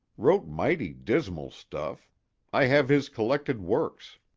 wrote mighty dismal stuff i have his collected works.